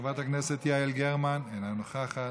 חברת הכנסת יעל גרמן, אינה נוכחת.